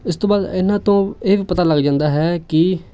ਇਸ ਤੋਂ ਬਾਅਦ ਇਹਨਾਂ ਤੋਂ ਇਹ ਵੀ ਪਤਾ ਲੱਗ ਜਾਂਦਾ ਹੈ ਕਿ